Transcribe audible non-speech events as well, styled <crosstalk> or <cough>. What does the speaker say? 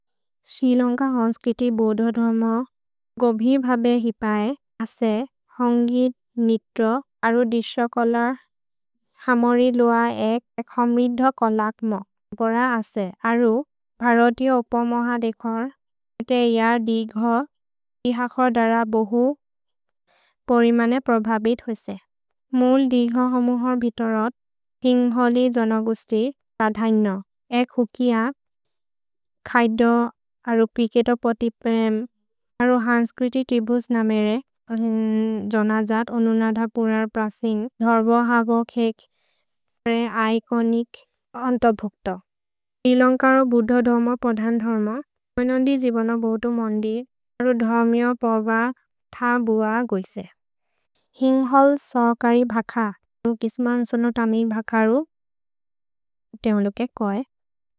स्रिलन्क हन्स्क्रिति बोधोधम गोभि भबे हिपए असे होन्गिद् नित्रो अरु दिस्य कोलर् हमोरि लुअ। एक् एक् हम्रिध कोलक्म बोर असे अरु भ्हरतिय उपमोह देखर् ते यार् दिघ तिहख दर बोहु पोरिमने प्रोभबित् होसे। मुल् दिघ हमोहर् बितोरत् हिन्घोलि जनगुस्ति रधैन एक् हुकिअ खैद अरु प्रिकेत पतिप्रेम् अरु हन्स्क्रिति त्रिभुस्। नमेरे <hesitation> जनजत् अनुनधपुरर् प्रसिन्ग् धर्बो हगोखेक् <hesitation> अरे इकोनिक् अन्तभुक्त स्रिलन्करो बोधोधम पधन्धम मेनोन्दि। जिबन बोतु मन्दिर् अरु धम्यो पव थ बुअ गोइसे हिन्घोल् सोकरि भख नुकिस्मन् सोनोतमि भखरु धेउलु केकुअ।